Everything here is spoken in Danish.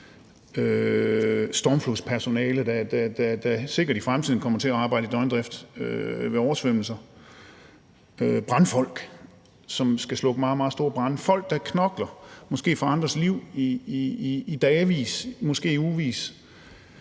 stormflodspersonale, der sikkert i fremtiden kommer til at arbejde i døgndrift ved oversvømmelser? Og hvad med brandfolk, som skal slukke meget, meget store brande – altså folk, der knokler, måske for at redde andres liv, i dagevis, måske i ugevis